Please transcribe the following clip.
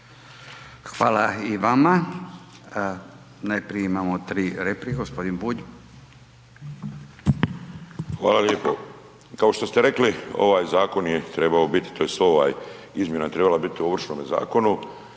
Hvala i vama. Najprije imamo tri replike. Gospodin Bulj. **Bulj, Miro (MOST)** Hvala lijepo. Kao što ste rekli ovaj zakon je trebao biti tj. ovaj izmjena je trebala biti u Ovršnom zakonu,